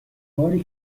باری